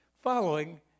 following